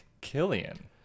Killian